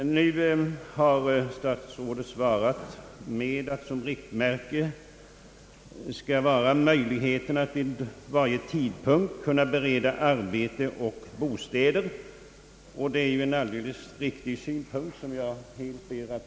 Nu har statsrådet svarat att riktmärket för utnyttjande av utländsk arbetskraft skall vara »möjligheterna vid varje tidpunkt att bereda arbete och bostäder». Det är en alldeles riktig synpunkt, som jag helt delar.